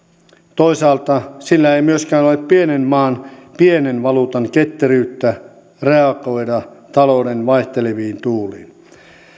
toisaalta sillä ei myöskään ole pienen maan pienen valuutan ketteryyttä reagoida talouden vaihteleviin tuuliin